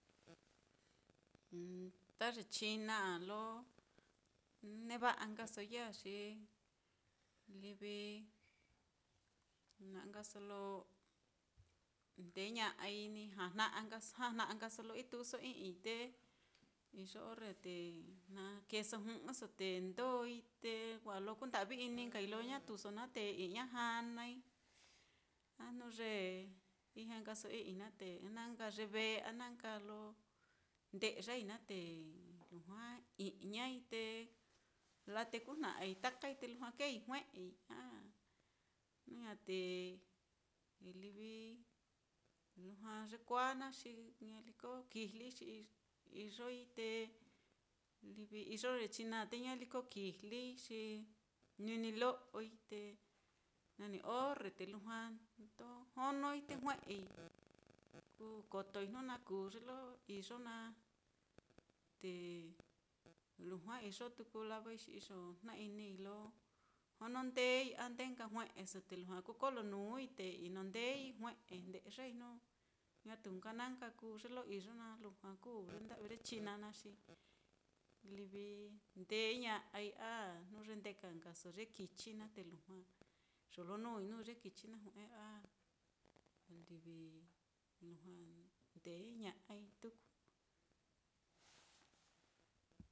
Ta ye china á lo neva'a nka soi ya á, xi livi na'a nkaso lo ndeña'ai, ni jajna'a nka jajna'a nkaso lo ituuso i'ii te iyo orre te na keeso jɨ'ɨso, te ndoi te wa lo kunda'vi nka-inii lo ñatuso naá te i'ñajanai, a jnu ye ijña nkaso i'ii naá te na nka ye vee a na nka lo nde'yai naá te lujua i'ñai, te latekujna'ai takai, te lujua keei jue'ei a jnu ña'a te livi lujua yekuāā naá xi ñaliko kijlii, xi iyoi te livi iyo ye china á te ñaliko kijlii xi nini lo'oi, te nani orre te lujua ndojonoi te jue'ei, kukotoi jnu na kuu ye lo iyo naá. Te lujua iyo tuku lavai xi iyo jna-inii lo jonondeei, a ndee nka jue'eso te lujua kuu kolonuui te inondeei jue'e nde'yai jnu ñatu na nka kuu ye lo iyo naá lujua kuu ye nda'vi ye china naá xi livi ndee ña'ai a jnu ye ndeka nkaso ye kichi naá te lujua yolonuui nuu ye kichi naá jue'e a livi lujua ndee ña'ai tuku.